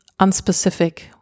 unspecific